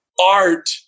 art